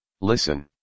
listen